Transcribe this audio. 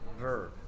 verb